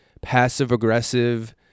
passive-aggressive